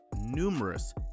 numerous